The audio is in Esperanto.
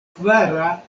kvara